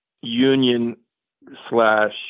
union-slash-